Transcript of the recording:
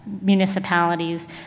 municipalities